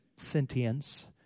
sentience